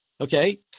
okay